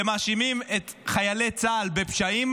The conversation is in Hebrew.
ומאשימים את חיילי צה"ל בפשעים,